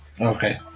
Okay